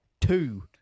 two